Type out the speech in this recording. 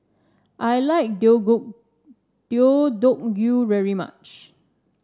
I like Deodeok Gui very much